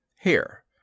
Here